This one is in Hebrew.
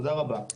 תודה רבה.